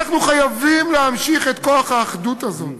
אנחנו חייבים להמשיך את כוח האחדות הזאת,